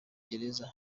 gereza